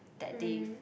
that they